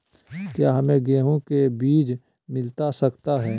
क्या हमे गेंहू के बीज मिलता सकता है?